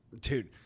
Dude